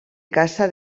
caça